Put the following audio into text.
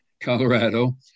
Colorado